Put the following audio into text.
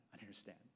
understand